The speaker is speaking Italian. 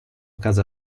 casa